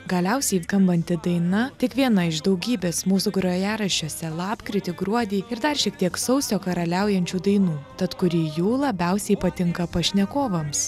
galiausiai skambanti daina tik viena iš daugybės mūsų grojaraščiuose lapkritį gruodį ir dar šiek tiek sausio karaliaujančių dainų tad kuri jų labiausiai patinka pašnekovams